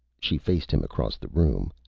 she faced him across the room.